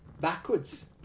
backwards